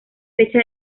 fecha